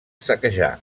saquejar